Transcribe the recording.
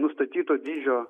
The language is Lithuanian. nustatyto dydžio